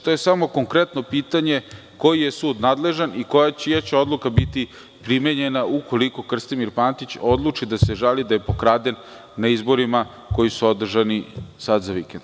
To je samo konkretno pitanje koji je sud nadležan i čija će odluka biti primenjena ukoliko Krstimir Pantić odluči da se žali da je pokraden na izborima koji su održani sada za vikend?